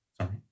Sorry